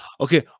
Okay